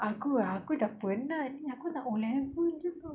aku ah aku dah penat aku nak O level jer [tau]